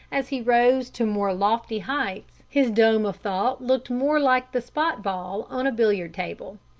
as he rose to more lofty heights his dome of thought looked more like the spot ball on a billiard-table.